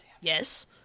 Yes